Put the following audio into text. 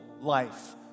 life